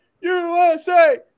usa